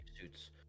suits